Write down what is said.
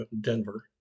Denver